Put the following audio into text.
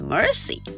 Mercy